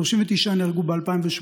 39 נהרגו ב-2018,